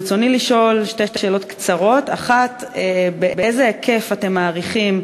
ברצוני לשאול שתי שאלות קצרות: 1. באיזה היקף אתם מעריכים,